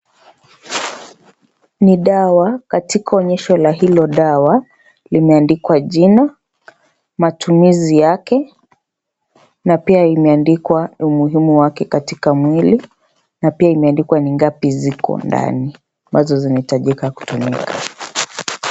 Ni dawa, katika onyesho la hilo dawa limeandikwa jina, matumizi yake na pia imeandikwa umuhimu wake katika mwili na pia imeandikwa ni ngapi ziko ndani ambazo zinahitajika kutumika.